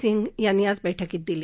सिंह यांनी आज बैठकीत दिली